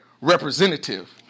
representative